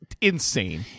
insane